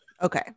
Okay